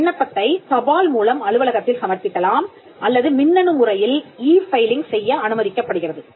விண்ணப்பத்தைத் தபால் மூலம் அலுவலகத்தில் சமர்ப்பிக்கலாம் அல்லது மின்னணு முறையில் இ ஃபைலிங் செய்ய அனுமதிக்கப்படுகிறது